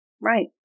Right